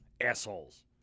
Assholes